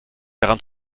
daran